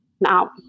now